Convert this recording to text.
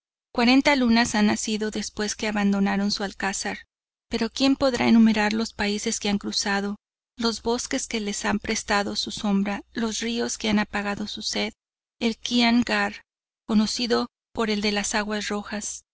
cuarenta lunas han nacido después que abandonaron su alcázar pero quien podrá enumerar los países que han cruzado los bosques que les han prestado su sombra los ríos que han apagado su sed el kian gar conocido por el de las aguas rojas